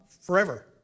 forever